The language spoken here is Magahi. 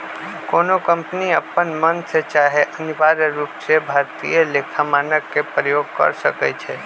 कोनो कंपनी अप्पन मन से चाहे अनिवार्य रूप से भारतीय लेखा मानक के प्रयोग कर सकइ छै